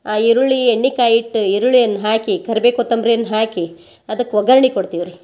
ಆ ಈರುಳ್ಳಿ ಎಣ್ಣೆ ಕಾಯಿ ಇಟ್ಟು ಈರುಳ್ಳಿಯನ್ನ ಹಾಕಿ ಕರ್ಬೆ ಕೊತ್ತಂಬರಿಯನ್ನ ಹಾಕಿ ಅದಕ್ಕೆ ಒಗ್ಗರ್ಣೆ ಕೊಡ್ತೀವಿ ರೀ